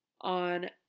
on